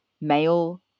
male